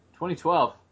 2012